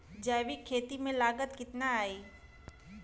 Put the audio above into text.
जैविक खेती में लागत कितना आई?